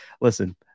listen